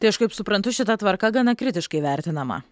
tai aš kaip suprantu šita tvarka gana kritiškai vertinama